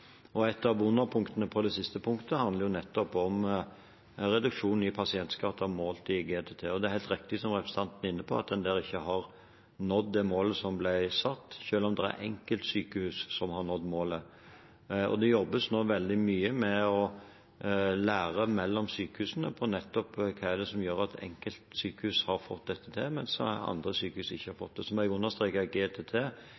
Et av underpunktene på det siste punktet handler nettopp om en reduksjon i pasientskader målt i GTT, og det er helt riktig som representanten er inne på, at en der ikke har nådd det målet som ble satt, selv om det er enkeltsykehus som har nådd målet. Det jobbes nå veldig mye med å lære mellom sykehusene, nettopp om hva som gjør at enkeltsykehus har fått dette til, mens andre sykehus ikke har